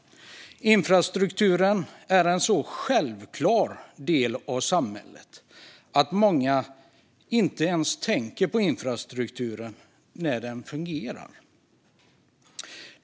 Infrastrukturen är en så självklar del av samhället att många inte ens tänker på infrastrukturen när den fungerar.